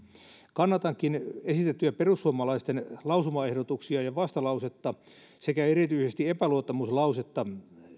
kannatankin esitettyjä perussuomalaisten lausumaehdotuksia ja vastalausetta sekä erityisesti epäluottamuslausetta